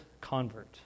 convert